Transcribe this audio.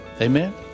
Amen